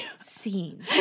scene